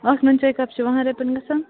اَکھ نُن چاے کَپ چھِ وُہَن رۄپیَن گژھان